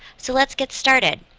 so let's get started!